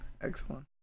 excellent